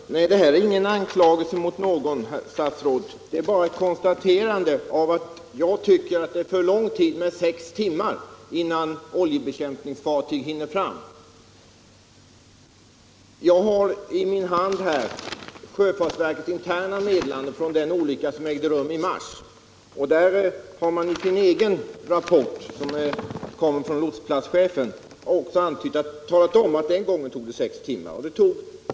Herr talman! Nej, det här är ingen anklagelse mot någon, herr statsråd! Det är bara ett konstaterande av att jag tycker att det är för lång tid med sex timmar innan oljebekämpningsfartyg hinner fram. Jag har i min hand sjöfartsverkets interna meddelande från den olycka som ägde rum i mars. Där har man i den rapport som kommer från lotsplatschefen talat om att det den gången tog sex timmar.